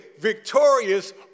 victorious